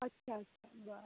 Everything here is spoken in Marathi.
अच्छा अच्छा ब